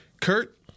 Kurt